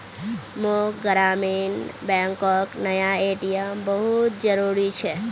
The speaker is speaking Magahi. मोक ग्रामीण बैंकोक नया ए.टी.एम बहुत जरूरी छे